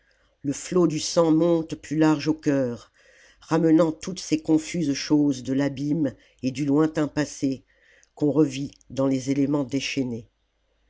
le flot du sang monte plus large au cœur ramenant toutes ces confuses choses de l'abîme et du lointain passé qu'on revit dans les éléments déchaînés